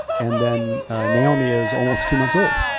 and then naomi is almost two months old.